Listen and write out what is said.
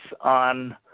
on